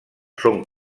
són